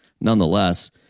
nonetheless